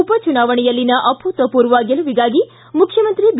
ಉಪಚುನಾವಣೆಯಲ್ಲಿನ ಅಭೂತಪೂರ್ವ ಗೆಲುವಿಗಾಗಿ ಮುಖ್ಯಮಂತ್ರಿ ಬಿ